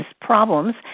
problems